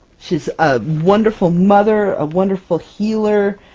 she's a wonderful mother, a wonderful healer,